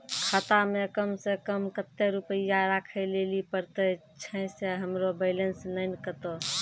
खाता मे कम सें कम कत्ते रुपैया राखै लेली परतै, छै सें हमरो बैलेंस नैन कतो?